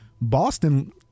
Boston